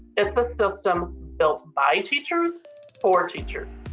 it's a system built by teachers for teachers,